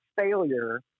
failure